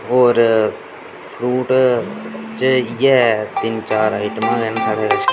होर फ्रूट बिच इ'यै तिन्न चार आइटमां गै न साढे़ कश